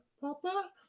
Papa